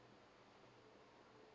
uh